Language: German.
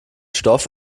stoff